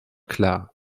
klar